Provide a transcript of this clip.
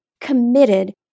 committed